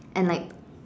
and like